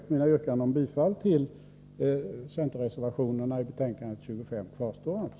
Mina yrkanden om bifall till de centerreservationer som är fogade till konstitutionsutskottets betänkande 25 kvarstår alltså.